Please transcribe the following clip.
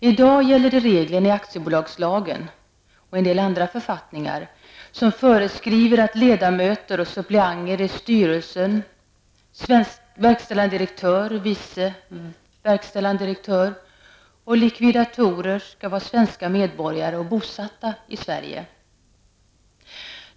I dag gäller det reglerna i aktiebolagslagen och en del andra författningar som föreskriver att ledamöter och suppleanter i styrelsen, verkställande direktör, vice verkställande direktör och likvidatorer skall vara svenska medborgare och bosatta i Sverige.